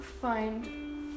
find